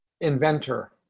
inventor